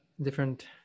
different